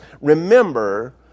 remember